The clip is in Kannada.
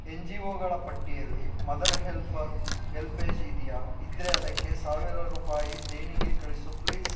ಎನ್ ಜಿ ಓಗಳ ಪಟ್ಟಿಯಲ್ಲಿ ಮದರ್ ಹೆಲ್ಪರ್ ಎಲ್ಪೇಜ್ ಇದೆಯಾ ಇದ್ರೆ ಅದಕ್ಕೆ ಸಾವಿರ ರೂಪಾಯಿ ದೇಣಿಗೆ ಕಳಿಸು ಪ್ಲೀಸ್